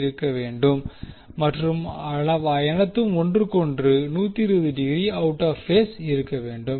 இருக்க வேண்டும் மற்றும் அவையனைத்தும் ஒன்றுக்கொன்று 120 டிகிரி அவுட் ஆப் பேஸ் ஆக இருக்க வேண்டும்